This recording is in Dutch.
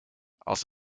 als